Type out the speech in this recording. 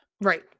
Right